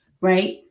right